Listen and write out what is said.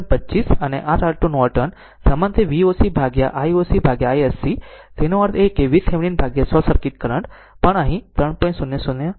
25 અને R R2 R Norton સમાન તે Voc ભાગ્યા i o c i s c iSC તેનો અર્થ એ છે કે VThevenin ભાગ્યા શોર્ટ સર્કિટ કરંટ પણ અહીં 3